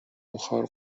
بخار